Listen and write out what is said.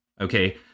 Okay